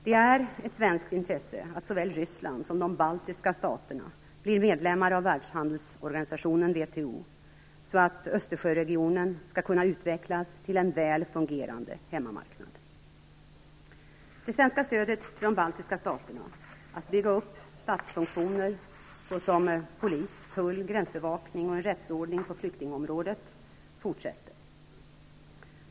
Det är ett svenskt intresse att såväl Ryssland som de baltiska staterna blir medlemmar av världshandelsorganisationen WTO, så att Östersjöregionen skall kunna utvecklas till en väl fungerande hemmamarknad. Det svenska stödet till de baltiska staterna att bygga upp statsfunktioner, såsom polis, tull, gränsbevakning och en rättsordning på flyktingområdet, fortsätter.